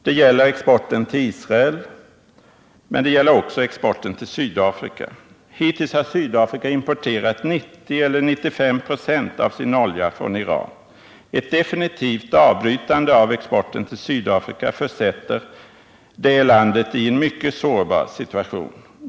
Det gäller exporten till Israel, men också exporten till Sydafrika vilka båda har avbrutits. Hittills har Sydafrika importerat 90-95 96 av sin olja från Iran. Ett definitivt avbrytande av exporten till Sydafrika försätter det landet i en mycket sårbar situation.